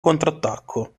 contrattacco